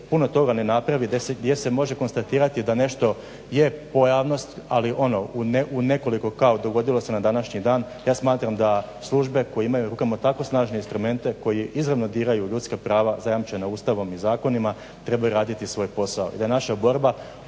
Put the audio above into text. puno toga ne napravi, gdje se može konstatirati da nešto je pojavnosti ali u nekoliko kao dogodilo se na današnji dan. Ja smatram da službe koje imaju u rukama tako snažne instrumente koji izravno diraju ljudska prava zajamčena Ustavom i zakonima trebaju raditi svoj posao